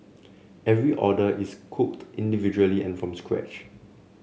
every order is cooked individually and from scratch